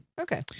Okay